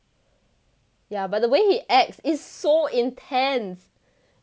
yeah but the way he acts is so intense